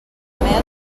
mel